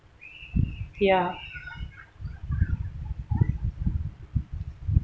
ya